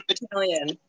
battalion